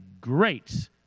great